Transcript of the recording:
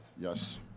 Yes